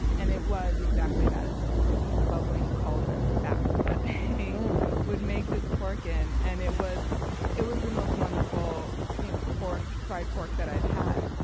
and it was exactly that it was just this bubbling cauldron of fat that they would make this pork in. and it was it was the most wonderful you know fried pork that i'd had.